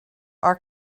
our